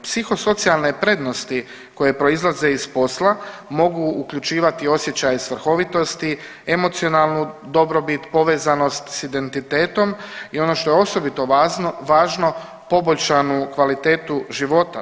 Psihosocijalne prednosti koje proizlaze iz posla mogu uključivati osjećaje svrhovitosti, emocionalnu dobrobit, povezanost sa identitetom i ono što je osobito važno poboljšanu kvalitetu života.